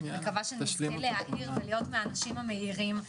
אני מקווה שנזכה להאיר ולהיות מהאנשים המאירים.